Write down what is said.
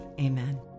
Amen